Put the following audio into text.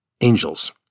Angels